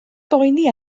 boeni